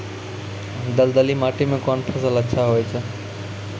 दलदली माटी म कोन फसल अच्छा होय छै?